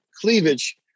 cleavage